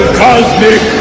cosmic